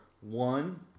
One